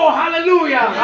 hallelujah